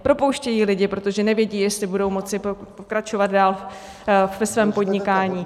Propouštějí lidi, protože nevědí, jestli budou moci pokračovat dál ve svém podnikání.